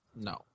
No